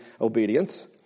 obedience